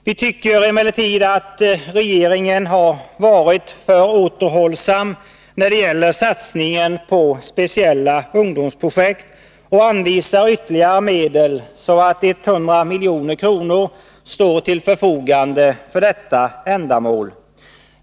Vi tycker emellertid att regeringen har varit för återhållsam när det gäller satsningen på speciella ungdomsprojekt, och vi anvisar ytterligare medel så att 100 milj.kr. står till förfogande till detta ändamål.